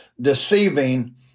deceiving